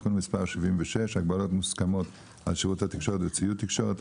(תיקון מס' 76) (הגבלות מוסכמות על שירות תקשורת וציוד תקשורת),